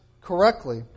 correctly